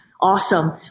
Awesome